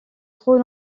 trop